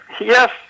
Yes